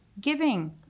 giving